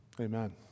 Amen